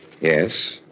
Yes